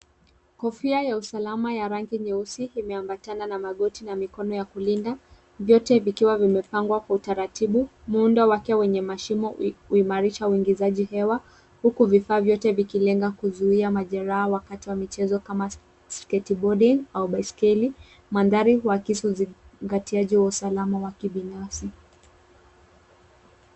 Kofia ya usalama ya rangi nyeusi imeambatana na magoti na mikono ya kulinda vyote vikiwa vimepangwa kwa utaratibu. Muundo wa ke wenye mashime huimarisha uingizaji hewa huk vifaa vyte vikilenga kuzuia majeraha wakati wa michezo wa skateboarding au baiskeli. Mandhari huakisi uzingatiaji wa usalama wa kibinafsi.